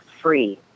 free